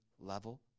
level